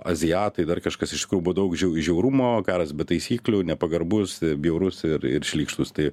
azijatai dar kažkas iš tikrųjų buvo daug žiaurumo karas be taisyklių nepagarbus bjaurus ir ir šlykštus tai